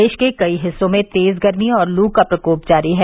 प्रदेश के कई हिस्सों में तेज गर्मी और लू का प्रकोप जारी है